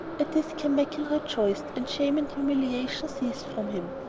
at this kanmakan rejoiced and shame and humiliation ceased from him.